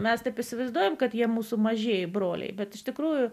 mes taip įsivaizduojame kad jie mūsų mažieji broliai bet iš tikrųjų